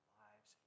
lives